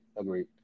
agreed